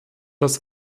das